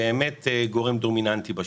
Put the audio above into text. זו